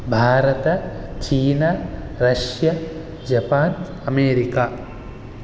भारत चीना Russia Japan America